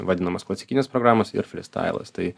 vadinamos klasikinės programos ir fristailas tai